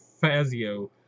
Fazio